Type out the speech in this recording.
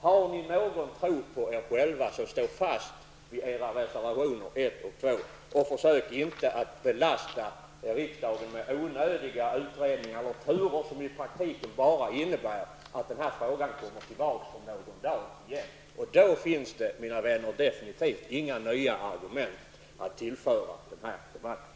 Har ni någon tro på er själva, så stå fast vid era reservationer 1 och 2, och försök inte belasta riksdagen med onödiga utredningar och turer som i praktiken bara innebär att den här frågan kommer tillbaka om någon dag igen. Då finns det, mina vänner, definitivt inga nya argument att tillföra den här debatten.